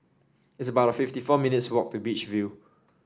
it's about fifty four minutes' walk to Beach View